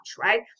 right